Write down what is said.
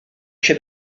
się